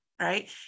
right